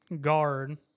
guard